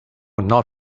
not